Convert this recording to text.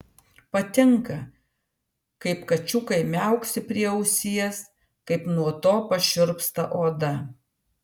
patinka kaip kačiukai miauksi prie ausies kaip nuo to pašiurpsta oda